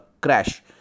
crash